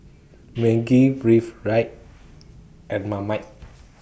Maggi Breathe Right and Marmite